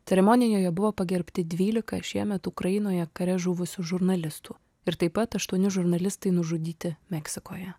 ceremonijoje buvo pagerbti dvylika šiemet ukrainoje kare žuvusių žurnalistų ir taip pat aštuoni žurnalistai nužudyti meksikoje